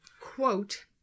Quote